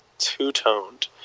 two-toned